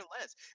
less